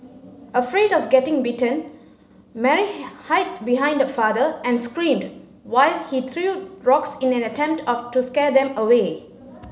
afraid of getting bitten Mary hide behind her father and screamed while he threw rocks in an attempt of to scare them away